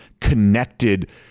connected